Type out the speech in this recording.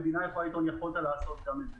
יכולה לטעון - יכולת לעשות גם את זה.